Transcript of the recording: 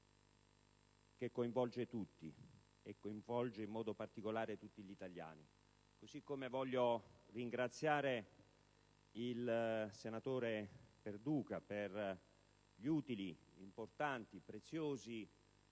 dibattito, che coinvolge in modo particolare tutti gli italiani. Voglio altresì ringraziare il senatore Perduca per gli utili, importanti, preziosi